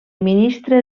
ministre